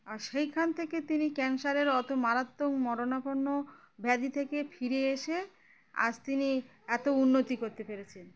আর সেইখান থেকে তিনি ক্যান্সারের অত মারাত্মক মরণাপন্ন ব্যাধি থেকে ফিরে এসে আজ তিনি এত উন্নতি করতে পেরেছেন